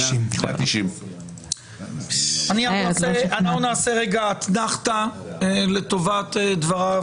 הסתייגות 190. נעשה רגע אתנחתא לטובת דבריו